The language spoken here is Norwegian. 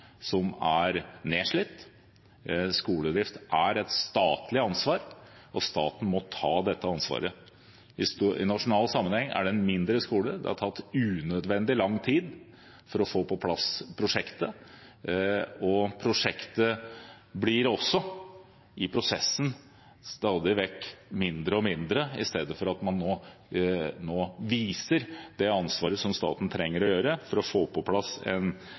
som er nedslitt. Skoledrift er et statlig ansvar, og staten må ta dette ansvaret. I nasjonal sammenheng er det en mindre skole, og det har tatt unødvendig lang tid å få på plass prosjektet. Prosjektet blir også i prosessen stadig vekk mindre og mindre, i stedet for at staten nå viser det ansvaret som staten trenger å gjøre for å få på plass en